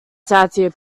satire